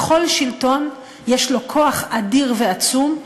לכל שלטון יש כוח אדיר ועצום,